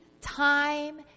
time